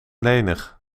lenig